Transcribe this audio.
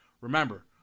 Remember